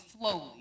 slowly